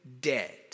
dead